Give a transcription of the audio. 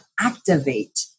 activate